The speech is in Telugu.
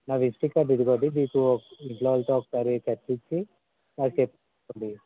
నా విసిటింగ్ ఇదిగోండి మీకు ఇంట్లో వాళ్ళతో ఒకసారి చర్చించి నాకు చెప్పండి